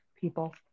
people